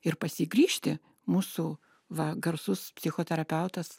ir pas jį grįžti mūsų va garsus psichoterapeutas